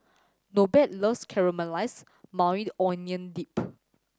Norbert loves Caramelized Maui Onion Dip